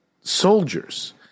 soldiers